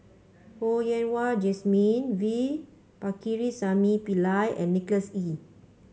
Ho Yen Wah Jesmine V Pakirisamy Pillai and Nicholas Ee